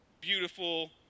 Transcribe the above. beautiful